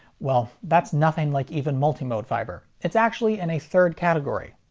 well that's nothing like even multi-mode fiber. it's actually in a third category.